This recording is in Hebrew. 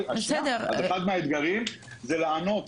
אחד מהאתגרים זה לענות